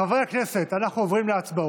חברי הכנסת, אנחנו עוברים להצבעות.